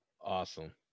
Awesome